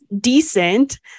decent